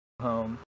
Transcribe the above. home